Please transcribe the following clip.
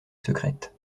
secrète